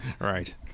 Right